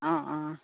অঁ অঁ